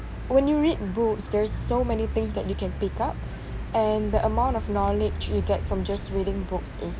when you read books there's so many things that you can pick up and the amount of knowledge we get from just reading books is